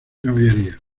caballería